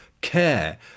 care